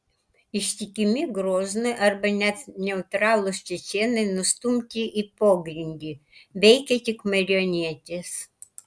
ištikimi groznui arba net neutralūs čečėnai nustumti į pogrindį veikia tik marionetės